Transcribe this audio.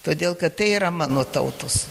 todėl kad tai yra mano tautos